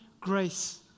grace